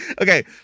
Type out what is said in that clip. Okay